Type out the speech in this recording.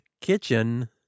kitchen